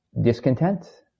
discontent